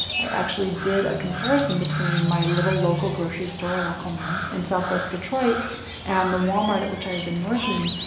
i actually did a comparison between my little local grocery store like um you know in southwest detroit and the walmart at which i had been working.